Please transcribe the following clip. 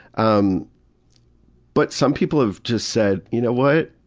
um but some people have just said, you know what?